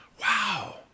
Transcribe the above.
Wow